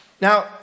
Now